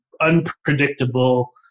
unpredictable